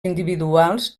individuals